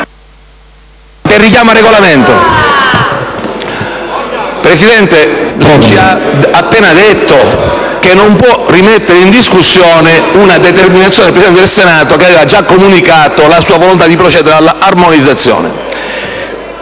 PdL).* Signor Presidente, lei ci ha appena detto che non può rimettere in discussione una determinazione del Presidente del Senato, che aveva già comunicato la sua volontà di procedere all'armonizzazione